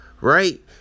Right